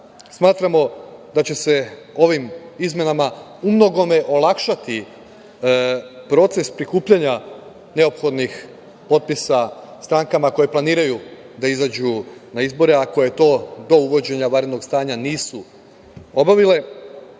Smatramo da će se ovim izmenama u mnogome olakšati proces prikupljanja neophodnih potpisa strankama koje planiraju da izađu na izbore ako to do uvođenja vanrednog stanja nisu obavile.